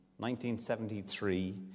1973